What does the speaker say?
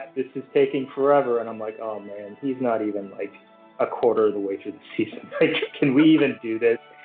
this is taking forever. and i'm like, oh, man he's not even like a quarter of the way through the system. can we even do this?